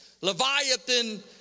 Leviathan